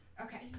Okay